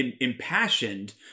impassioned